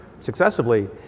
successively